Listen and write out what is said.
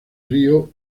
río